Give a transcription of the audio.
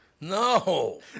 No